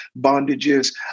bondages